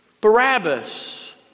Barabbas